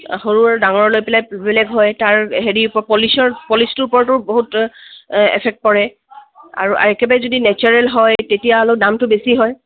সৰু আৰু ডাঙৰলৈ পেলাই বেলেগ হয় তাৰ হেৰি ওপৰত পলিচৰ পলিচটোৰ ওপৰতো বহুত এফেক্ট পৰে আৰু একেবাৰে যদি নেচাৰেল হয় তেতিয়া অলপ দামটো বেছি হয়